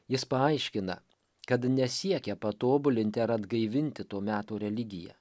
jis paaiškina kad nesiekia patobulinti ar atgaivinti to meto religiją